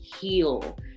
heal